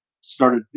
started